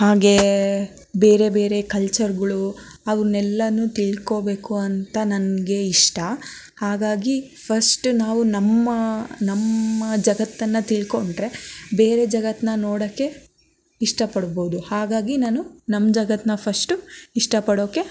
ಹಾಗೆ ಬೇರೆ ಬೇರೆ ಕಲ್ಚರ್ಗಳು ಅವನ್ನ ಎಲ್ಲವೂ ತಿಳ್ಕೊಬೇಕು ಅಂತ ನನಗೆ ಇಷ್ಟ ಹಾಗಾಗಿ ಫಸ್ಟ್ ನಾವು ನಮ್ಮ ನಮ್ಮ ಜಗತ್ತನ್ನು ತಿಳ್ಕೊಂಡ್ರೆ ಬೇರೆ ಜಗತ್ತನ್ನ ನೋಡೋಕ್ಕೆ ಇಷ್ಟಪಡ್ಬೋದು ಹಾಗಾಗಿ ನಾನು ನಮ್ಮ ಜಗತ್ತನ್ನ ಫಶ್ಟು ಇಷ್ಟಪಡೋಕ್ಕೆ